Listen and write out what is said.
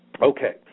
Okay